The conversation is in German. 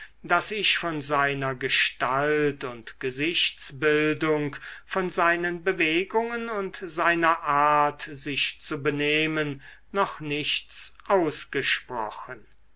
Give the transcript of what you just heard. daß ich von seiner gestalt und gesichtsbildung von seinen bewegungen und seiner art sich zu benehmen noch nichts ausgesprochen